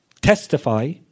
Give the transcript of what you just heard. testify